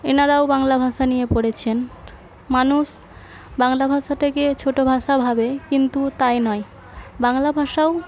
এনারাও বাংলা ভাষা নিয়ে পড়েছেন মানুষ বাংলা ভাষাটাকে ছোটো ভাষা ভাবে কিন্তু তাই নয় বাংলা ভাষাও